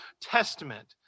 Testament